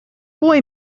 boy